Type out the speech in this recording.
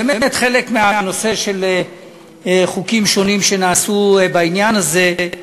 באמת חלק מהנושא של חוקים שונים שנעשו בעניין הזה,